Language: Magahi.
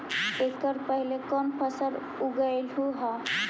एकड़ पहले कौन फसल उगएलू हा?